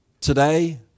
Today